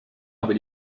aber